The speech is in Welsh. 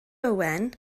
owen